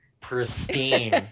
pristine